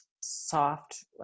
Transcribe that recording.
soft